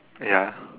ya